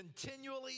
continually